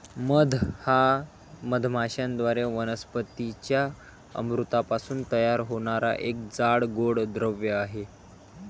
मध हा मधमाश्यांद्वारे वनस्पतीं च्या अमृतापासून तयार होणारा एक जाड, गोड द्रव आहे